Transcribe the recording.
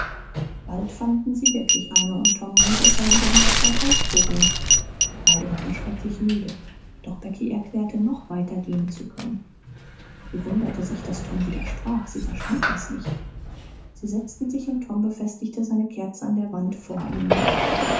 bald fanden sie wirklich eine und tom meinte es sei wieder an der zeit auszuruhen beide waren schrecklich müde doch becky erklärte noch weiter gehen zu können sie wunderte sich daß tom widersprach sie verstand das nicht sie setzten sich und tom befestigte seine kerze an der wand vor ihnen